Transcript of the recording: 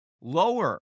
lower